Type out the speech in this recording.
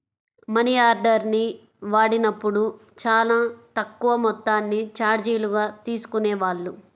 మనియార్డర్ని వాడినప్పుడు చానా తక్కువ మొత్తాన్ని చార్జీలుగా తీసుకునేవాళ్ళు